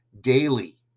daily